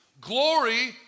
Glory